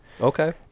Okay